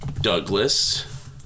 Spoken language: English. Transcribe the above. Douglas